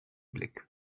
blick